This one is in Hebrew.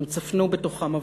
הם צפנו בתוכם הבטחה,